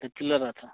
bachelor ଅଛ